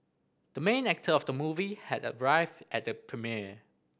the main actor of the movie had arrived at the premiere